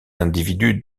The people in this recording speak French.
individus